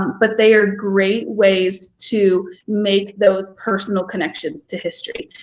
but they are great ways to make those personal connections to history.